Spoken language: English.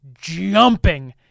jumping